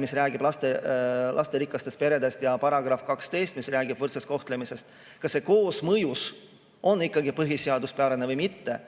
mis räägib lasterikastest peredest, ja § 12, mis räägib võrdsest kohtlemisest, koosmõjus on ikkagi põhiseaduspärane või mitte.